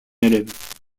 élève